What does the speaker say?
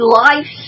life